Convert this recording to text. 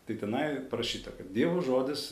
tai tenai parašyta kaip dievo žodis